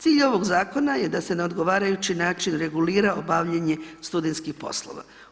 Cilj ovog zakona je da se na odgovarajući način regulira obavljanje studentskih poslova.